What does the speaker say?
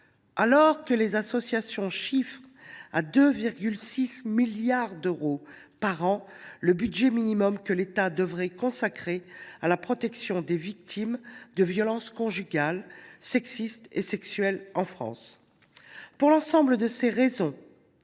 alors que les associations chiffrent à 2,6 milliards d’euros le budget minimum que l’État devrait consacrer, chaque année, à la protection des victimes de violences conjugales, sexistes et sexuelles en France. Pour l’ensemble de ces raisons,